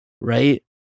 Right